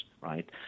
right